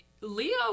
Leo